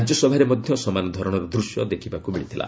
ରାଜ୍ୟସଭାରେ ମଧ୍ୟ ସମାନ ଧରଣର ଦୂଶ୍ୟ ଦେଖିବାକୃ ମିଳିଥିଲା